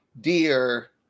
dear